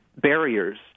barriers